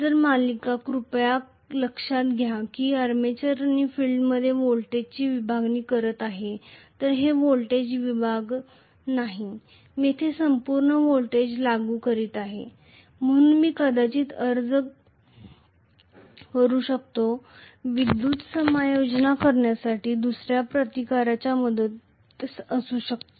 जरी सिरीज कृपया लक्षात घ्या की हे आर्मेचर आणि फील्डमध्ये व्होल्टेज विभागणी करीत आहे तर येथे व्होल्टेज विभाग नाही मी येथे संपूर्ण व्होल्टेज लागू करीत आहे म्हणून मी कदाचित हे लागू करू शकतो विद्युत् समायोजित करण्यासाठी दुसर्या रेझिस्टन्सच्या मदतीने असू शकते